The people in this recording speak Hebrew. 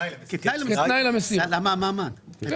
כל